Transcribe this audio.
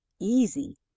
Easy